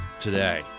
today